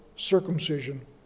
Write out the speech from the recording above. circumcision